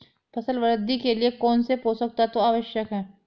फसल वृद्धि के लिए कौनसे पोषक तत्व आवश्यक हैं?